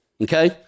okay